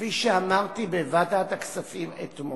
כפי שאמרתי בוועדת הכספים אתמול,